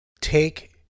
take